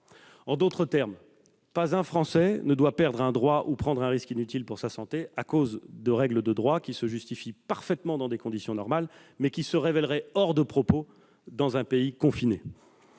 En d'autres termes, pas un Français ne doit perdre un droit ou prendre un risque inutile pour sa santé à cause de règles de droit qui se justifient parfaitement dans des conditions normales, mais qui se révéleraient hors de propos dans un pays confiné.